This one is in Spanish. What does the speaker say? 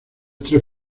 tres